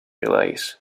relays